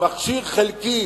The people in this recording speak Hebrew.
מכשיר חלקי,